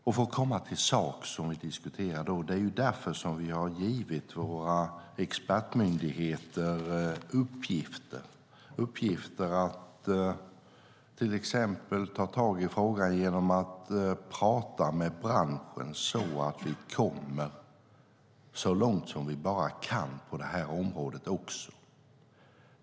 För att komma till saken i det vi diskuterar är det därför vi har gett våra expertmyndigheter uppgifter, till exempel att ta tag i frågan genom att prata med branschen så att vi kommer så långt vi bara kan också på det här området.